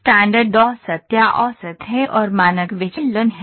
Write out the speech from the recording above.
standard औसत या औसत है और µ मानक विचलन है